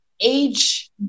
age